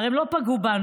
הרי הם לא פגעו בנו,